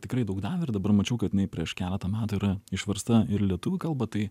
tikrai daug davė ir dabar mačiau kad jinai prieš keletą metų yra išversta ir į lietuvių kalbą tai